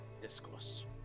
discourse